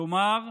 כלומר,